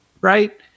Right